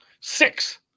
Six